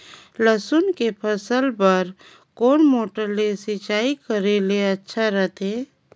लसुन के फसल बार कोन मोटर ले सिंचाई करे ले अच्छा रथे?